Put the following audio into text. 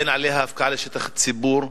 אין עליה הפקעה לשטח ציבורי,